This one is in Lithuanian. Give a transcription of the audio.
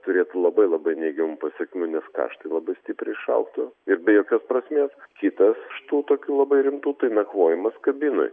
turėtų labai labai neigiamų pasekmių nes kaštai labai stipriai išaugtų ir be jokios prasmės kitas iš tų tokių labai rimtų tai nakvojimas kabinoj